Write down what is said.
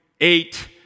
eight